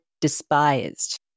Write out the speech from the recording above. despised